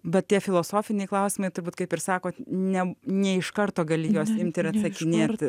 bet tie filosofiniai klausimai turbūt kaip ir sakot ne ne iš karto gali juos imti ir atsakinėti